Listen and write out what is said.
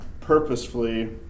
purposefully